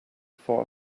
for